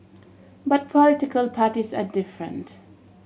but political parties are different